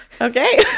Okay